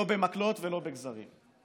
לא במקלות ולא בגזרים.